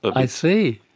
i see.